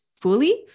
fully